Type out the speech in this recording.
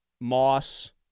Moss